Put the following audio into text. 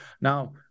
Now